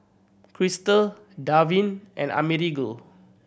Christel Darvin and Amerigo